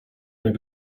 jak